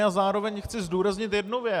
A zároveň chci zdůraznit jednu věc.